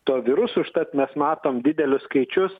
tuo virusu užtat mes matom didelius skaičius